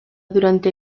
durante